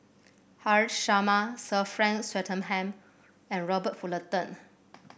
Haresh Sharma Sir Frank Swettenham and Robert Fullerton